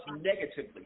negatively